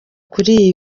kuri